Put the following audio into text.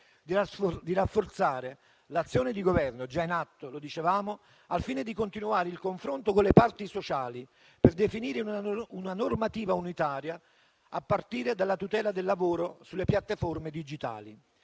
a rafforzare l'azione di governo già in atto al fine di continuare il confronto con le parti sociali per definire una normativa unitaria a partire dalla tutela del lavoro sulle piattaforme digitali;